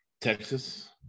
Texas